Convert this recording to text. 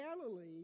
Galilee